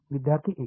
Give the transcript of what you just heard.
विद्यार्थी 1